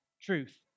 truth